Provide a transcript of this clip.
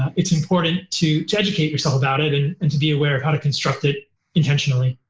it's important to to educate yourself about it and and to be aware of how to construct it intentionally.